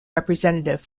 representative